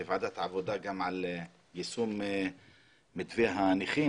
בוועדת העבודה יש דיון על יישום מתווה הנכים